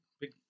Big